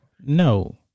No